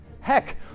Heck